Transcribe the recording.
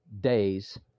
days